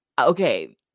Okay